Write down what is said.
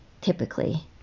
typically